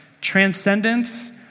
transcendence